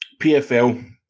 PFL